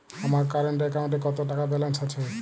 আমার কারেন্ট অ্যাকাউন্টে কত টাকা ব্যালেন্স আছে?